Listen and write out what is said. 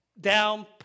down